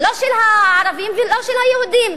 לא של הערבים ולא של היהודים,